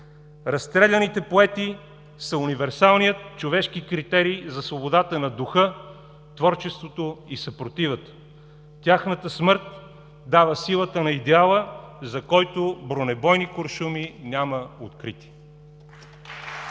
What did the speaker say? Разстреляните поети са универсалният човешки критерий за свободата на духа, творчеството и съпротивата. Тяхната смърт дава силата на идеала, за който „бронебойни куршуми няма открити“.